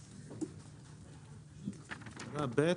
(ב)